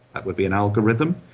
that would be an algorithm,